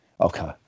Okay